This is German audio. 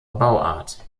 bauart